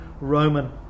Roman